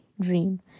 dream